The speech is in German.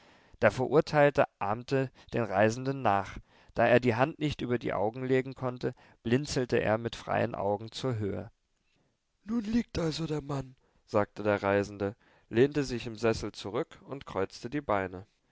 der verurteilte ahmte den reisenden nach da er die hand nicht über die augen legen konnte blinzelte er mit freien augen zur höhe nun liegt also der mann sagte der reisende lehnte sich im sessel zurück und kreuzte die beine